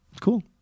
Cool